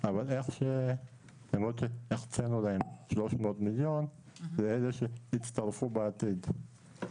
אבל הקצנו להם 300 מיליון לאלה שיצטרפו בעתיד,